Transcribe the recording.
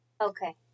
Okay